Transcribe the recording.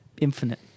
Infinite